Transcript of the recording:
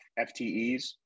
FTEs